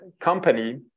Company